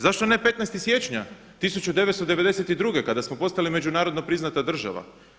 Zašto ne 15. siječnja 1992. kada smo postali međunarodno priznata država?